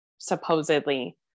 supposedly